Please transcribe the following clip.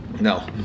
no